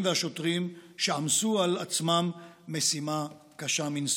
והשוטרים שעמסו על עצמם משימה קשה מנשוא.